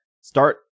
start